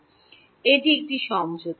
Refer Time 1143 এটি একটি সমঝোতা